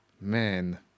man